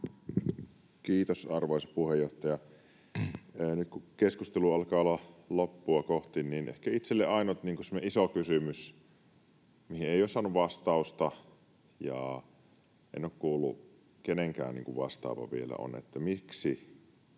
Kiitos, arvoisa puheenjohtaja! Nyt kun keskustelu alkaa olla loppua kohti, niin ehkä itselle ainut semmoinen iso kysymys, mihin ei ole saanut vastausta ja en ole kuullut kenenkään vastaavan vielä, on se, miksi